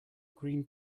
green